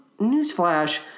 newsflash